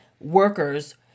workers